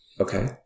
okay